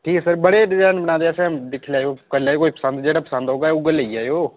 ठीक ऐ सर बड़े डजैन बनाए दे असें दिक्खी लैएओ करी लैएओ कोई पसंद जेह्ड़ा पसंद औगा उ'यै लेई जाएओ